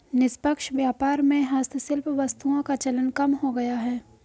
निष्पक्ष व्यापार में हस्तशिल्प वस्तुओं का चलन कम हो गया है